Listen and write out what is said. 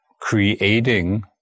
creating